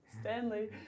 Stanley